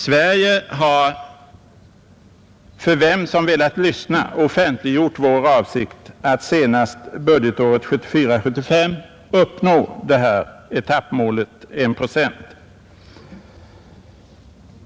Sverige har för vem som velat lyssna offentliggjort vår avsikt att senast budgetåret 1974/75 uppnå etappmålet I procent av bruttonationalprodukten.